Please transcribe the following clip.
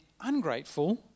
ungrateful